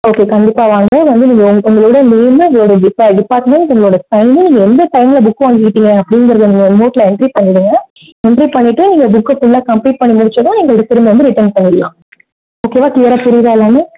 okay கண்டிப்பாக வாங்க வந்து நீங்கள் உங்கள் உங்களோட நேம் உங்களோட டிப்பார்ட்மெண்ட் உங்களோட சைன் நீங்கள் எந்த டைமில் புக்கு வாங்கிக்கிட்டீங்க அப்படிங்கிறத அந்த நோட்டில் என்ட்ரி பண்ணிவிடுங்க என்ட்ரி பண்ணிவிட்டு நீங்கள் புக்கை ஃபுல்லாக கம்ப்ளீட் பண்ணி முடிச்சதும் நீங்கள் திரும்ப வந்து ரிட்டர்ன் பண்ணிட்லாம் ஓகேவா கிளியராக புரியுதா எல்லாமே